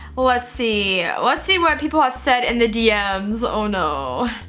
let's see. let's see what people have said in the dms, oh no.